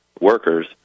workers